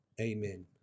Amen